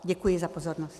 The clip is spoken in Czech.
Děkuji za pozornost.